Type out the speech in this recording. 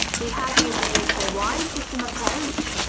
we have used a uk-wide system approach,